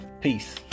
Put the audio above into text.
peace